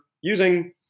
using